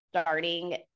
Starting